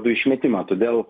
dujų išmetimą todėl